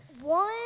One